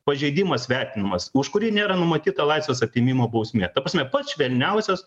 pažeidimas vertinamas už kurį nėra numatyta laisvės atėmimo bausmė ta prasme pats švelniausias